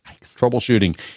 Troubleshooting